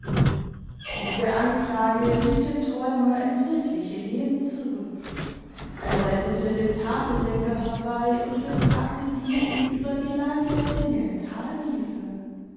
diese anklage rief den träumer in's wirkliche leben zurück er läutete den tafeldecker herbei und befragte diesen über die lage der dinge in